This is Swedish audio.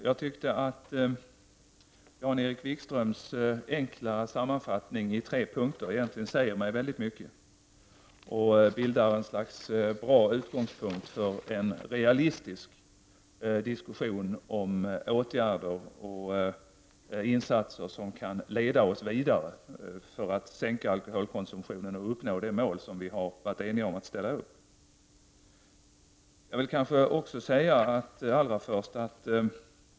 Jag tyckte att Jan-Erik Wikströms enkla sammanfattning i tre punkter egentligen säger väldigt mycket och bildar en bra utgångspunkt för en realistisk diskussion om åtgärder och insatser som kan leda oss vidare i arbetet för att minska alkoholkonsumtionen och uppnå det mål som vi har varit eniga om att ställa upp på.